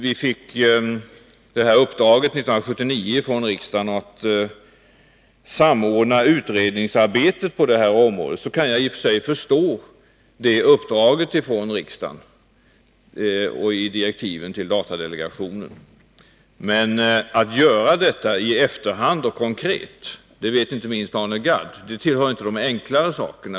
Vi fick 1979 uppdraget från riksdagen att samordna utredningsarbetet på det här området, och jag kan i och för sig förstå riksdagens uppdrag och direktiven till datadelegationen. Men att göra detta samordningsarbete i efterhand och konkret tillhör inte de enklare sakerna, det vet inte minst Arne Gadd.